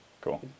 cool